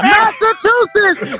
Massachusetts